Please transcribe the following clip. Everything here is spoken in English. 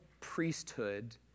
priesthood